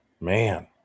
man